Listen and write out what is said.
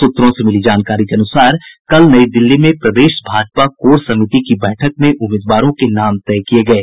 सूत्रों से मिली जानकारी के अनुसार कल नई दिल्ली में प्रदेश भाजपा कोर समिति की बैठक में उम्मीदवारों के नाम तय किये गये